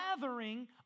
gathering